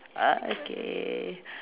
uh okay